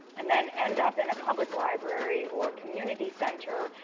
and then end up in a public library, or community center,